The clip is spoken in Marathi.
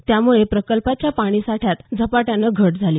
त्यामुळे प्रकल्पांच्या पाणी साठ्यात झपाट्यानं घट झाली